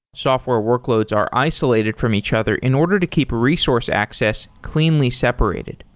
software workloads are isolated from each other in order to keep resource access cleanly separated.